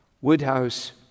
Woodhouse